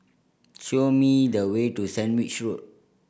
show me the way to Sandwich Road